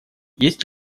есть